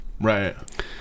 Right